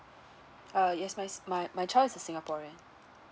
uh yes my s~ my my child is a singaporean